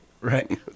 Right